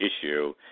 issue